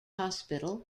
hospital